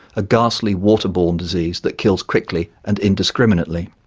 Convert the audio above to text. a ghastly water-borne disease that kills quickly and indiscriminately.